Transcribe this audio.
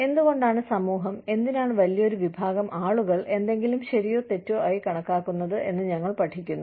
എന്തുകൊണ്ടാണ് സമൂഹം എന്തിനാണ് വലിയൊരു വിഭാഗം ആളുകൾ എന്തെങ്കിലും ശരിയോ തെറ്റോ ആയി കണക്കാക്കുന്നത് എന്ന് ഞങ്ങൾ പഠിക്കുന്നു